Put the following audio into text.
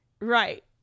Right